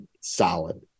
solid